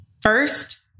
First